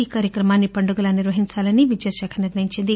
ఈ కార్యక్రమాన్ని పండుగలా నిర్వహించాలని విద్యాశాఖ నిర్ణయించింది